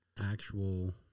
actual